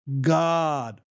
God